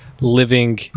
living